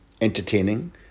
entertaining